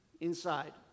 inside